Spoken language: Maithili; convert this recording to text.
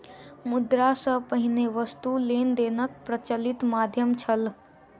मुद्रा सॅ पहिने वस्तु लेन देनक प्रचलित माध्यम छल